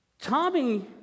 Tommy